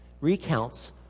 recounts